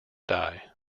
die